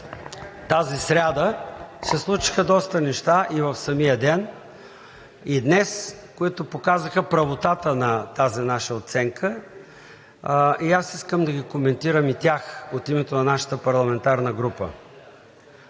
тази сряда се случиха доста неща – и в самия ден, и днес, които показаха правотата на тази наша оценка, и аз искам да коментирам и тях от името на нашата парламентарна група.